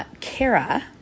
Kara